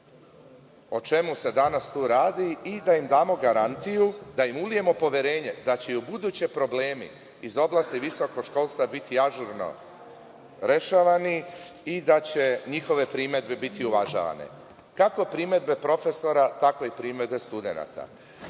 o čemu se danas tu radi i da im damo garanciju, da im ulijemo poverenje da će i ubuduće problemi iz oblasti visokog školstva biti ažurno rešavani i da će njihove primedbe biti uvažavane, kako primedbe profesora tako i primedbe studenata. Naravno,